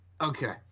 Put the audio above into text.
okay